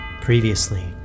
Previously